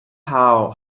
how